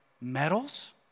medals